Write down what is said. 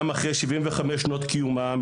גם אחרי 75 שנות קיומה,